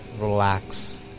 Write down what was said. relax